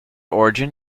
origin